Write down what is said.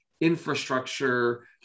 infrastructure